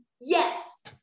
Yes